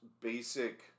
basic